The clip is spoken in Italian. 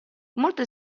molte